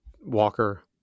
Walker